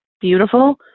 Beautiful